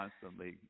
constantly